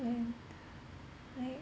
when like